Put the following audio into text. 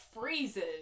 freezes